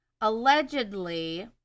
Allegedly